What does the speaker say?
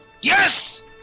Yes